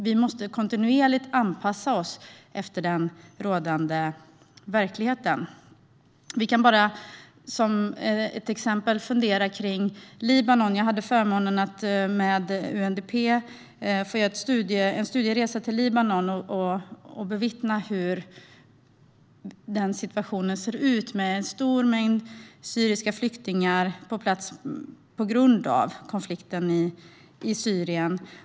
Vi måste kontinuerligt anpassa oss efter den rådande verkligheten. Som ett exempel kan vi fundera på Libanon, dit jag hade förmånen att med UNDP få göra en studieresa. Jag fick bevittna hur situationen ser ut, med en stor mängd syriska flyktingar som befinner sig där på grund av konflikten i Syrien.